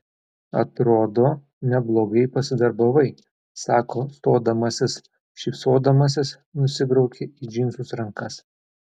atrodo neblogai pasidarbavai sako stodamasis šypsodamasis nusibraukia į džinsus rankas